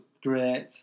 great